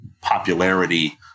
popularity